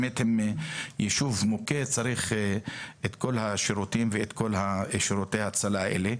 זה באמת יישוב מוכה וצריך שם את כל השירותים ואת כל שירותי ההצלה האלה.